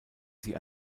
sie